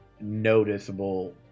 noticeable